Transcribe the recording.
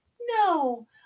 no